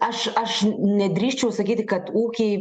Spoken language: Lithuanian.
aš aš nedrįsčiau sakyti kad ūkiai